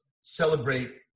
celebrate